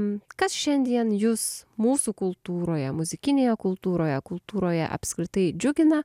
kas šiandien jus mūsų kultūroje muzikinėje kultūroje kultūroje apskritai džiugina